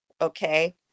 okay